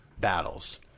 battles